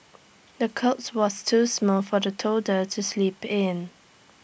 the cots was too small for the toddler to sleep in